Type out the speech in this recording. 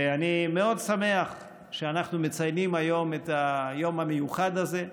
ואני מאוד שמח שאנחנו מציינים היום את היום המיוחד הזה.